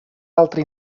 altre